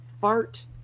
fart